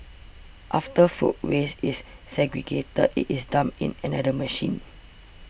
after food waste is segregated it is dumped in another machine